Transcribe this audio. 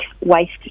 waste